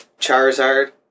Charizard